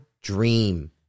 dream